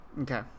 Okay